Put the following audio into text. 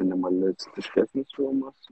minimalistiškesnis filmas